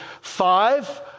five